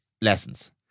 lessons